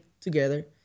together